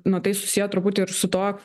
nu tai susiję truputį ir su tuo